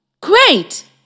Great